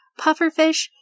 Pufferfish